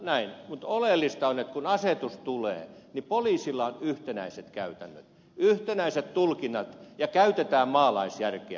mutta oleellista on että kun asetus tulee niin poliisilla on yhtenäiset käytännöt yhtenäiset tulkinnat ja käytetään maalaisjärkeä